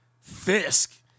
Fisk